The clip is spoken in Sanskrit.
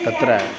तत्र